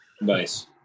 Nice